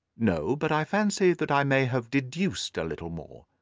no, but i fancy that i may have deduced a little more.